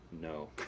no